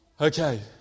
Okay